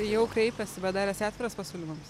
jau kreipėsi bet dar esi atviras pasiūlymams